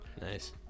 Nice